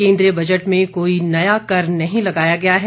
केन्द्रीय बजट में कोई नया कर नहीं लगाया गया है